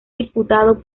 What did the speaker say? diputado